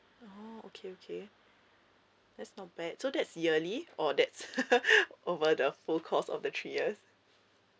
oh okay okay that's not bad so that's yearly or that's over the full course of the three years